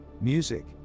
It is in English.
music